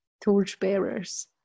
torchbearers